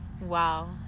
Wow